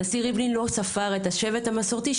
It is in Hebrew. הנשיא ריבלין לא ספר את השבט המסורתי,